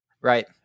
right